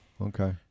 okay